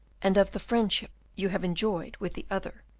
and of the friendship you have enjoyed with the other.